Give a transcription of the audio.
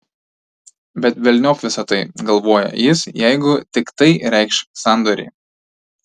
bet velniop visa tai galvojo jis jeigu tik tai reikš sandorį